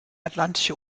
atlantische